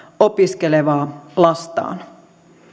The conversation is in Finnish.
opiskelevaa lastaan